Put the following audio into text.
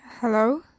hello